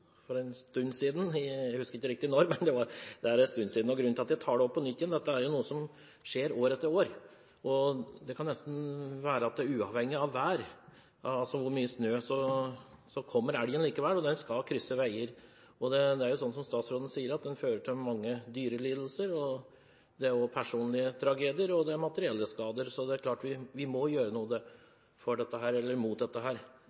for en stund siden, jeg husker ikke riktig når, men det er en stund siden – er at dette jo er noe som skjer år etter år. Nesten uavhengig av hvor mye snø det er, kommer elgen, og den skal krysse veier. Og det er jo sånn som statsråden sier: Det fører til mange dyrelidelser. Det er også personlige tragedier og materielle skader, så det er klart at vi må gjøre noe med dette.